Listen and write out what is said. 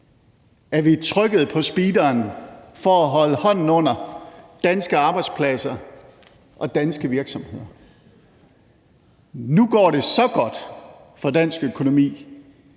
at vi trykkede på speederen for at holde hånden under danske arbejdspladser og danske virksomheder. Nu går det så godt for dansk økonomi,